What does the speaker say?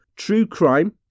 TRUECRIME